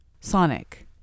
Sonic